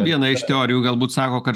viena iš teorijų galbūt sako kad